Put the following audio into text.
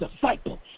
disciples